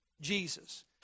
Jesus